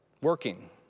working